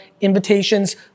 invitations